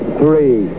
three